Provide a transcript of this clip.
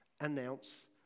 announce